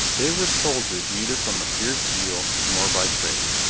they were soldiers neither from a fierce zeal nor by trade.